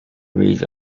read